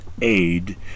aid